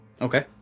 Okay